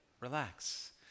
relax